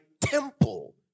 temple